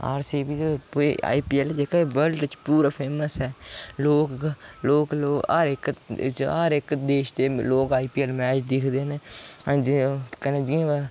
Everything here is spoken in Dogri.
आरसीबी ते पूरे आईपीऐल्ल जेह्के वर्लड बिच पूरे फेमस ऐ लोक लोक लोक हर इक हर इक देश दे लोक आईपीऐल्ल मैच दिखदे न हंजी कन्नै जे हा